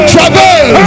Travel